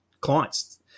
clients